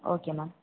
okay ma'am